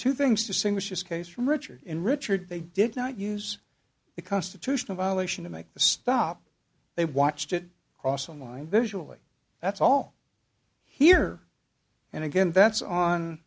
two things to sing which is case richard in richard they did not use the constitutional violation to make the stop they watched it cross on line visually that's all here and again that's on